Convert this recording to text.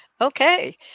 okay